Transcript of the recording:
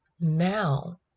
now